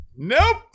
Nope